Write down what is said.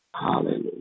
Hallelujah